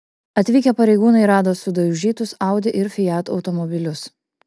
atvykę pareigūnai rado sudaužytus audi ir fiat automobilius